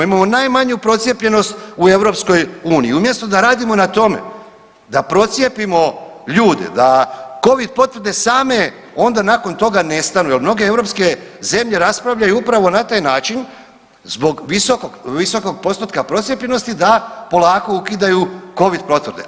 Imamo najmanju procijepljenost u EU, umjesto da radimo na tome da procijepimo ljude, da Covid potvrde same onda nakon toga nestanu jer mnoge europske zemlje raspravljaju upravo na taj način zbog visokog, visokog postotka procijepljenosti da polako ukidaju Covid potvrde.